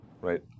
right